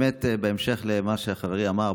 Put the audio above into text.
בהמשך למה שחברי אמר,